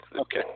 Okay